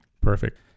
Perfect